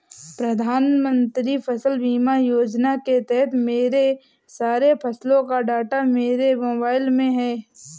प्रधानमंत्री फसल बीमा योजना के तहत मेरे सारे फसलों का डाटा मेरे मोबाइल में है